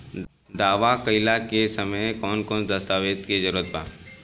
दावा कईला के समय कौन कौन दस्तावेज़ के जरूरत बा?